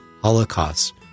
holocaust